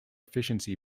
efficiency